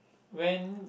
when